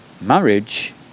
Marriage